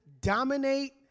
dominate